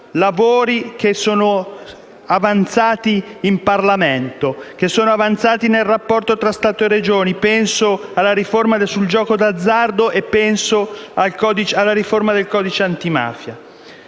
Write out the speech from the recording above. lavori non ancora terminati in Parlamento, che sono avanzati nel rapporto tra Stato e Regioni: penso alla riforma sul gioco d'azzardo e alla riforma del codice antimafia.